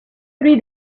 three